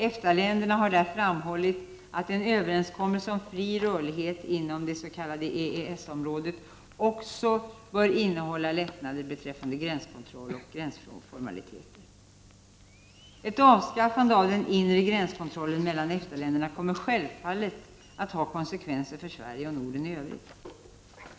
EFTA-länderna har där framhållit att en överenskommelse om fri rörlighet inom det s.k. EES-området också bör innehålla lättnader beträffande gränskontroll och gränsformaliteter. Ett avskaffande av den inre gränskontrollen mellan EG-länderna kommer självfallet att ha konsekvenser för Sverige och Norden i övrigt.